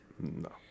No